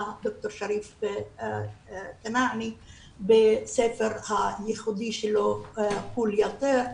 ד"ר שריף כנאענה בספר הייחודי שלו "קול יא טיר"